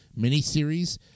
miniseries